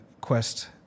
Quest